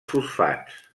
fosfats